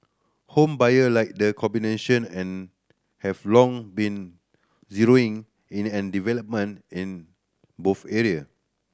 home buyer like the combination and have long been zeroing in an development in both area